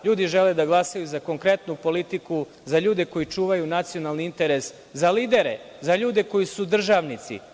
Ljudi žele da glasaju za konkretnu politiku, za ljude koji čuvaju nacionalni interes, za lidere, za ljude koji su državnici.